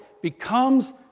becomes